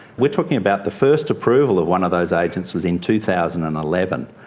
we're talking about the first approval of one of those agents was in two thousand and eleven.